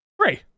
Three